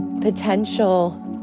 potential